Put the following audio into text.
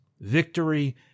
victory